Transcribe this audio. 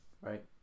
right